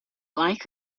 like